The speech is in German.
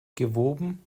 gewoben